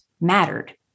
mattered